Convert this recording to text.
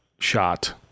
shot